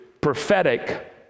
prophetic